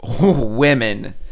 Women